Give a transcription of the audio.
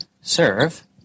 serve